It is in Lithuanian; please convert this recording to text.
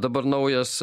dabar naujas